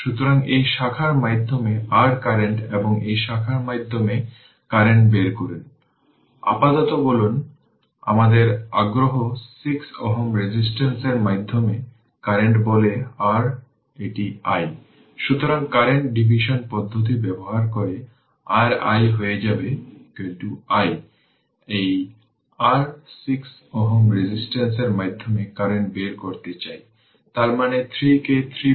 সুতরাং এটি সাধারণ সার্কিট এটি একটি ইন্ডাক্টর এবং এটি রেজিস্টর এবং এটি কারেন্ট i এবং সময় উল্লেখ করুন 0705 এটি এখানে কারেন্ট নেওয়া হয়েছে এটি এখানেও এটি